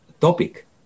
topic